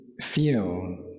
feel